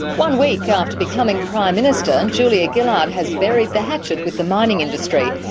one week after becoming prime minister, julia gillard has buried the hatchet with the mining industry.